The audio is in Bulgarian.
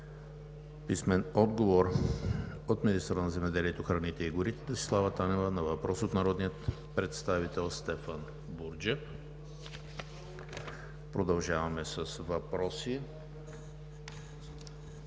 Дариткова; - министъра на земеделието, храните и горите Десислава Танева на въпрос от народния представител Стефан Бурджев. Продължаваме с въпроси